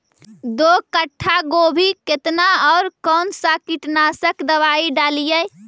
दो कट्ठा गोभी केतना और कौन सा कीटनाशक दवाई डालिए?